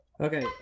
Okay